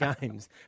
games